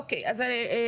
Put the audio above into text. אוקי אז אדוני,